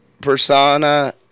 persona